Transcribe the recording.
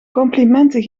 complimenten